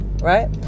right